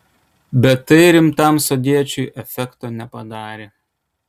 bet tai rimtam sodiečiui efekto nepadarė